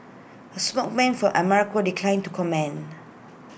A spokesman for America declined to comment